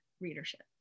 readership